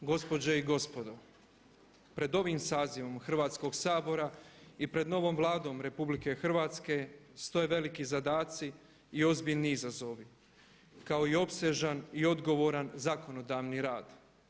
Gospođe i gospodo pred ovim sazivom Hrvatskog sabora i pred novom Vladom Republike Hrvatske stoje veliki zadaci i ozbiljni izazovi kao i opsežan i odgovoran zakonodavni rad.